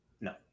No